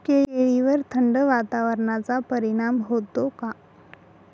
केळीवर थंड वातावरणाचा परिणाम होतो का?